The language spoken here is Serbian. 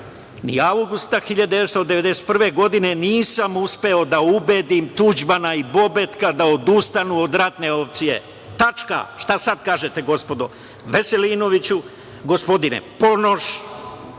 „Ni avgusta 1991. godine nisam uspeo da ubedim Tuđmana i Bobetka da odustanu od ratne opcije.“ Šta sada kažete, gospodine Veselinoviću, gospodine Ponoš,